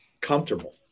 comfortable